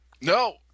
No